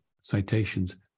citations